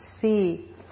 see